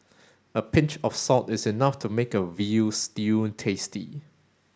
a pinch of salt is enough to make a veal stew tasty